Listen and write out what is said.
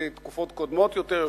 מוקדם יותר.